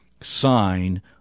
sign